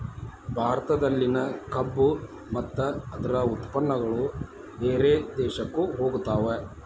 ಭಾರತದಲ್ಲಿನ ಕಬ್ಬು ಮತ್ತ ಅದ್ರ ಉತ್ಪನ್ನಗಳು ಬೇರೆ ದೇಶಕ್ಕು ಹೊಗತಾವ